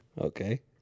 Okay